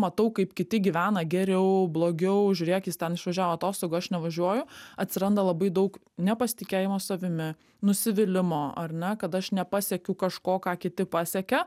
matau kaip kiti gyvena geriau blogiau žiūrėk jis ten išvažiavo atostogų aš nevažiuoju atsiranda labai daug nepasitikėjimo savimi nusivylimo ar ne kad aš nepasiekiau kažko ką kiti pasekė